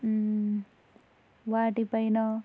వాటిపైన